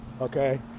Okay